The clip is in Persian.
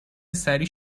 سریع